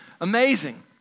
amazing